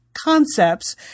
concepts